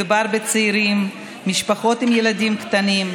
מדובר בצעירים, משפחות עם ילדים קטנים,